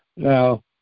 Now